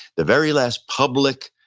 the very last public,